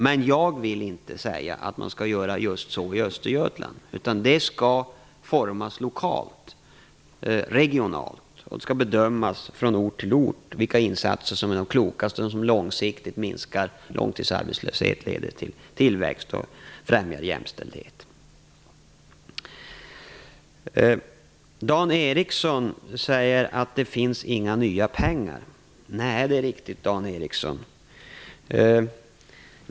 Men jag vill inte säga hur de skall göra just i Östergötland, utan det skall utformas lokalt och regionalt. Det skall bedömas från ort till ort vilka insatser som är de klokaste, som långsiktigt minskar långtidsarbetslöshet och som leder till tillväxt och främjar jämställdhet. Dan Ericsson sade att det inte finns några nya pengar. Nej, det är riktigt, Dan Ericsson.